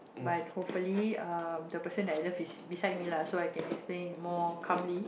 but hopefully uh the person I love is beside me lah so I can explain it more calmly